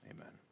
amen